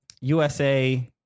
USA